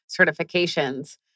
certifications